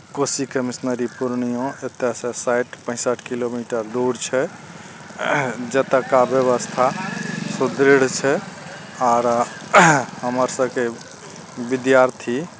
कोशी कमिश्नरी पूर्णिया एतयसँ साठि पैसठि किलोमीटर दूर छै जतुका व्यवस्था सुदृढ़ छै आर हमर सबके विद्यार्थी